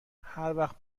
هروقت